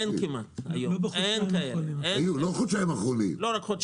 אין כמעט כאלה היום, בכל השנה האחרונה.